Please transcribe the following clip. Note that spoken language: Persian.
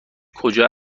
کجا